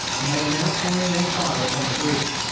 and they were now pouring their fire upon the bridge.